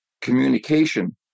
communication